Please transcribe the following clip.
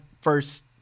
first